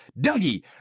Dougie